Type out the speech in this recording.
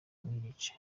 n’igice